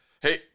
hey